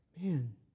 Man